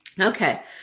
Okay